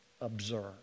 observe